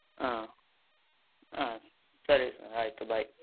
ಹಾಂ ಹಾಂ ಸರಿ ಸರ್ ಆಯಿತು ಬಾಯ್